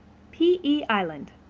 p e. island.